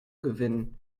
gewinnen